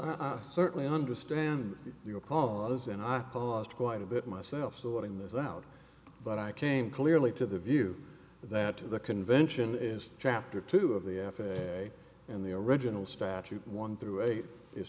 well i certainly understand your callers and i caused quite a bit myself sorting this out but i came clearly to the view that the convention is chapter two of the f a a and the original statute one through eight is